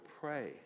pray